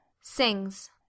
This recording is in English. Sings